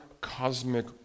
cosmic